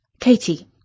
Katie